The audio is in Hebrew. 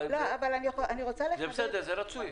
אבל בסדר, זה רצוי,